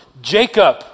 Jacob